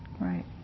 right